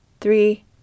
three